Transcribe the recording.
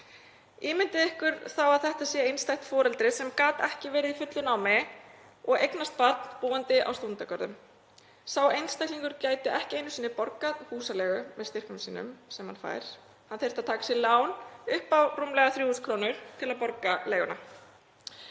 Ímyndum okkur þá að þetta sé einstætt foreldri sem getur ekki verið í fullu námi og eignast barn, búandi á stúdentagörðum. Sá einstaklingur gæti ekki einu sinni borgað húsaleigu með styrknum sem hann fengi. Hann þyrfti að taka lán upp á rúmlega 3.000 kr. til að borga leiguna.